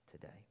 today